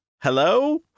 Hello